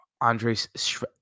Andres